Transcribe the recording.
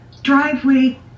driveway